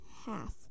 half